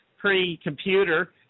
pre-computer